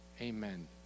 Amen